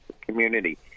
community